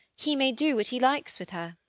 he may do what he likes with her.